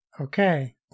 Okay